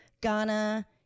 Ghana